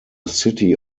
city